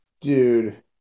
dude